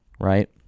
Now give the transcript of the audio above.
Right